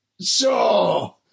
Sure